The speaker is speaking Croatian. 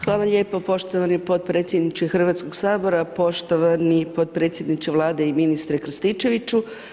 Hvala lijepo poštovani potpredsjedniče Hrvatskog sabora, poštovani potpredsjedniče Vlade i ministre Krstičeviću.